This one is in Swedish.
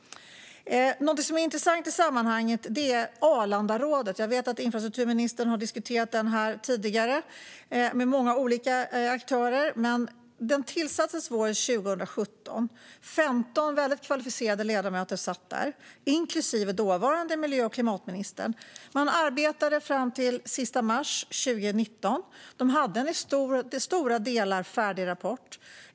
Något som är intressant i sammanhanget är Arlandarådet. Jag vet att infrastrukturministern har diskuterat detta tidigare, med många olika aktörer. Rådet tillsattes våren 2017, och 15 väldigt kvalificerade ledamöter satt där - inklusive dåvarande miljö och klimatministern. Man arbetade fram till den 31 mars 2019 och hade en i stora delar färdig rapport.